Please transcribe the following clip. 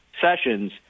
Sessions